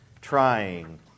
trying